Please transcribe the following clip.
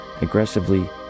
aggressively